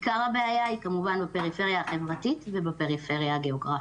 עיקר הבעיה כמובן בפריפריה החברתית ובפריפריה הגיאוגרפית.